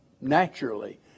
Naturally